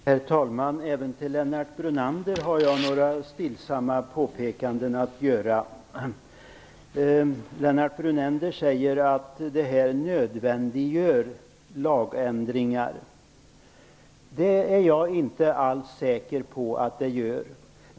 Herr talman! Jag vill göra några stillsamma påpekanden med anledning av Lennart Brunanders anförande. Lennart Brunander säger att det här nödvändiggör lagändringar. Det är jag inte alls säker på.